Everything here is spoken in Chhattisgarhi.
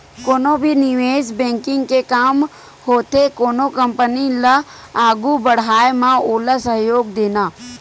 कोनो भी निवेस बेंकिग के काम होथे कोनो कंपनी ल आघू बड़हाय म ओला सहयोग देना